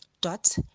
dot